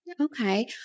Okay